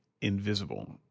invisible